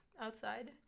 outside